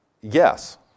Yes